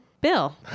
Bill